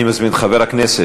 אני מזמין את חבר הכנסת